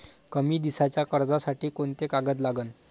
कमी दिसाच्या कर्जासाठी कोंते कागद लागन?